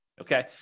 Okay